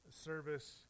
service